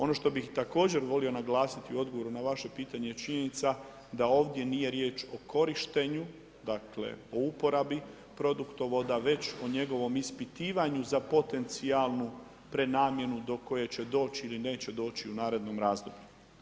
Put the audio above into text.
Ono što bih također volio naglasiti u odgovoru na vaše pitanje je činjenica da ovdje nije riječ o korištenju, dakle o uporabi produktovoda već o njegovom ispitivanju za potencijalnu prenamjenu do koje će doći ili neće doći u narednom razdoblju.